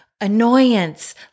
annoyance